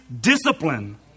discipline